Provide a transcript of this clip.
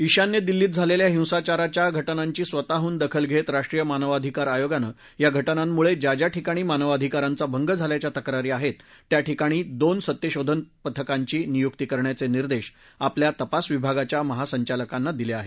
ईशान्य दिल्लीत झालेल्या हिंसाचाराच्या घटनांची स्वतःहून दखल घेत राष्ट्रीय मानवाधिकार आयोगानं या घटनांमुळे ज्या ज्या ठिकाणी मानवाधिकारांचा भंग झाल्याच्या तक्रारी आहेत त्या ठिकाणी दोन सत्यशोधन पथकांची नियुक्ती करण्याचे निर्देश आपल्या तपास विभागाच्या महासंचालकांना दिले आहेत